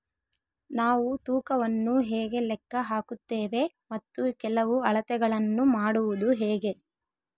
ನಾವು ತೂಕವನ್ನು ಹೇಗೆ ಲೆಕ್ಕ ಹಾಕುತ್ತೇವೆ ಮತ್ತು ಕೆಲವು ಅಳತೆಗಳನ್ನು ಮಾಡುವುದು ಹೇಗೆ?